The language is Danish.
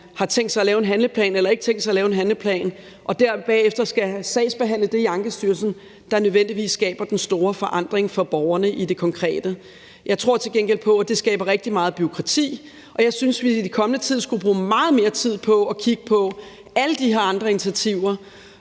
har tænkt sig at lave en handleplan eller ikke har tænkt sig at lave en handleplan, og derefter skal have sagsbehandlet det i Ankestyrelsen, der nødvendigvis skaber den store forandring for borgerne i det konkrete. Jeg tror til gengæld på, at det skaber rigtig meget bureaukrati, og jeg synes, at vi i den kommende tid skulle bruge meget mere tid på at kigge på alle de her andre initiativer